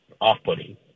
off-putting